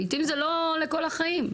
לעיתים זה לא לכל החיים,